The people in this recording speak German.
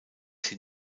hin